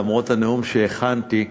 למרות הנאום שהכנתי,